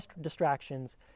distractions